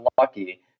lucky